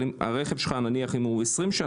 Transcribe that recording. אבל אם הרכב שלך הוא בן 20,